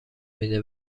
میده